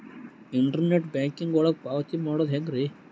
Internet banking ಒಳಗ ಪಾವತಿ ಮಾಡೋದು ಹೆಂಗ್ರಿ?